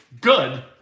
Good